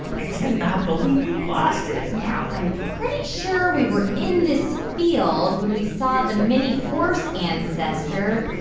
i cannot believe you lost it now, i'm pretty sure we were in this field when we saw the mini-horse ancestor.